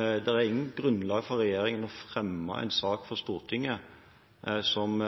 er noe grunnlag for regjeringen å fremme en sak for Stortinget som